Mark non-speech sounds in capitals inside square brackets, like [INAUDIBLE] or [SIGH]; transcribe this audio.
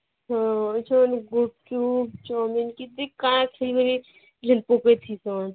ହଁ ଏଇଖନ୍ ଗୁପ୍ଚୁପ୍ ଚାଓମିନ୍ କିଛି କାଁ ଛୁଇଁବିନି [UNINTELLIGIBLE] କାନ୍